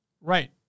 Right